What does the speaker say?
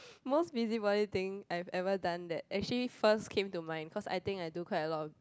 most busybody thing I've ever done that actually first came to mind cause I think I do quite a lot